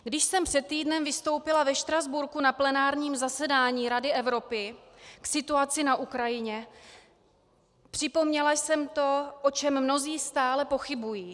Když jsem před týdnem vystoupila ve Štrasburku na plenárním zasedání Rady Evropy k situaci na Ukrajině, připomněla jsem to, o čem mnozí stále pochybují.